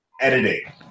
editing